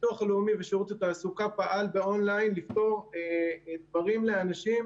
הביטוח הלאומי ושירות התעסוקה פעל באון-ליין לפתור דברים לאנשים,